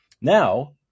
Now